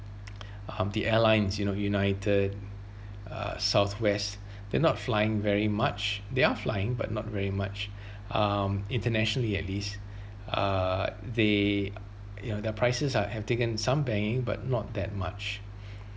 um the airlines you know united uh south west they're not flying very much they are flying but not very much um internationally at least uh they you know their prices are have taken some banging but not that much